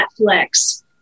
Netflix